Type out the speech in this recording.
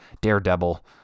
Daredevil